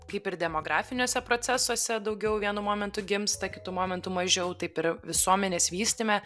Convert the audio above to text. kaip ir demografiniuose procesuose daugiau vienu momentu gimsta kitu momentu mažiau taip ir visuomenės vystyme